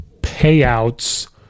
payouts